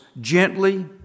gently